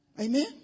Amen